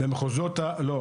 לא.